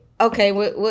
okay